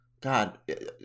god